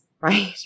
right